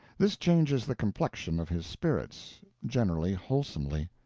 this changes the complexion of his spirits generally wholesomely.